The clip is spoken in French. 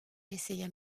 essaya